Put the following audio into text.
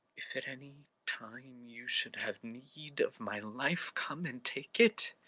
if at any time you should have need of my life, come and take it.